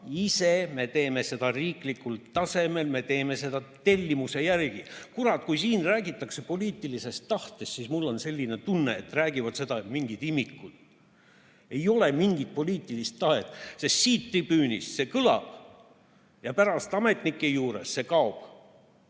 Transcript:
ise. Me teeme seda riiklikul tasemel, me teeme seda tellimuse järgi. Kurat, kui siin räägitakse poliitilisest tahtest, siis mul on selline tunne, et räägivad mingid imikud. Ei ole mingit poliitilist tahet, sest siit tribüünist see kõlab, aga pärast ametnike juures see kaob.